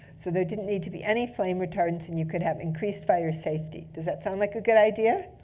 so there didn't need to be any flame retardants, and you could have increased fire safety. does that sound like a good idea?